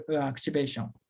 activation